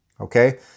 Okay